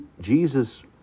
Jesus